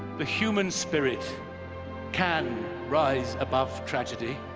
the human spirit can rise above tragedy,